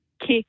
kick